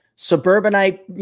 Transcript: suburbanite